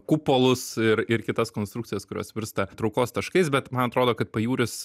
kupolus ir ir kitas konstrukcijas kurios virsta traukos taškais bet man atrodo kad pajūris